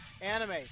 anime